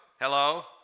hello